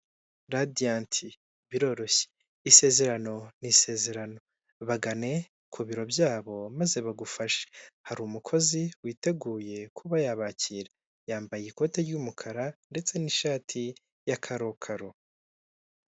Radiyanti biroroshye, isezerano ni isezerano, bagane ku biro byabo maze bagufashe, hari umukozi witeguye kuba yabakira, yambaye ikote ry'umukara ndetse n'ishati ya karokaro.